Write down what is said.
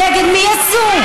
נגד מי עשו?